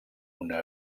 una